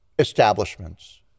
establishments